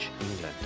England